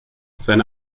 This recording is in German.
seine